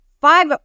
five